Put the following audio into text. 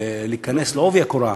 להיכנס בעובי הקורה,